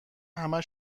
همه